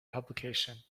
publication